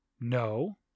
No